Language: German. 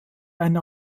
eine